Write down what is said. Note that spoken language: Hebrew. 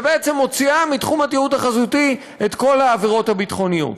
ובעצם מוציאה מתחום התיעוד החזותי את כל העבירות הביטחוניות.